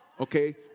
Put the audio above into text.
Okay